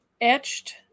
etched